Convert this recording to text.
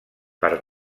per